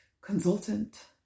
consultant